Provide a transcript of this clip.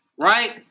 right